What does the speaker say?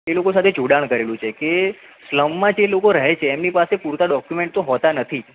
એ લોકો સાથે જોડાણ કરેલું છે કે સ્લમમાં જે લોકો રહે છે એમની પાસે પૂરતાં ડોક્યુમેન્ટ તો હોતા નથી જ